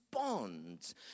Responds